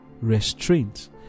restraint